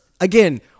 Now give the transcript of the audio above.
again